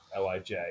LIJ